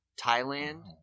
thailand